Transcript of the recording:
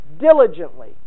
diligently